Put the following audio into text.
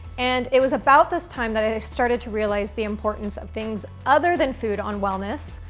and it was about this time that i started to realize the importance of things other than food on wellness,